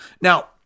Now